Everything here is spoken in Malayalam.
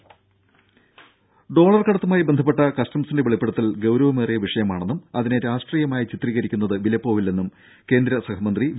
രംഭ ഡോളർകടത്തുമായി കസ്റ്റംസിന്റെ വെളിപ്പെടുത്തൽ ഗൌരമേറിയ വിഷയമാണെന്നും അതിനെ രാഷ്ട്രീയമായി ചിത്രീകരിക്കുന്നത് വിലപ്പോകില്ലെന്നും കേന്ദ്രമന്ത്രി വി